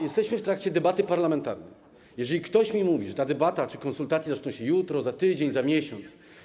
Jesteśmy w trakcie debaty parlamentarnej i jeżeli ktoś mi mówi, że ta debata czy konsultacje zaczną się jutro, za tydzień, za miesiąc.